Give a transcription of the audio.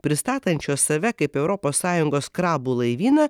pristatančios save kaip europos sąjungos krabų laivyną